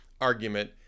argument